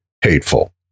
hateful